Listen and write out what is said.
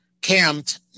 camped